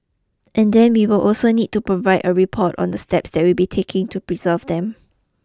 and then we will also need to provide a report on the steps that we be taking to preserve them